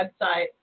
website